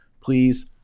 Please